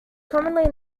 commonly